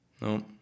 No